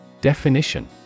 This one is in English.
Definition